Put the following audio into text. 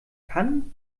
kann